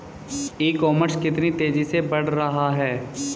ई commerce कितनी तेजी से बढ़ रहा है?